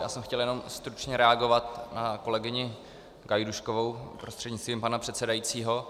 Já jsem chtěl jenom stručně reagovat na kolegyni Gajdůškovou prostřednictvím pana předsedajícího.